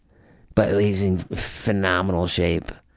but he's in phenomenal shape.